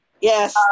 Yes